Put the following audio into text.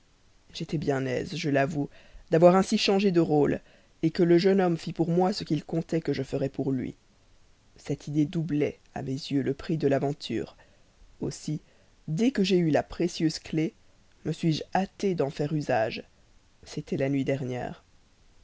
j'étais bien aise je l'avoue d'avoir ainsi changé de rôle que le jeune homme fît pour moi ce qu'il comptait que je ferais pour lui cette idée doublait à mes yeux le prix de l'aventure aussi dès que j'ai eu la précieuse clef me suis-je hâté d'en faire usage c'était la nuit dernière